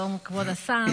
שלום כבוד השר,